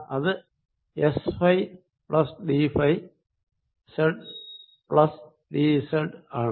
അത് S phi plus D phi Z plus D Z ആണ്